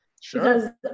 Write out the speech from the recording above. Sure